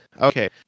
Okay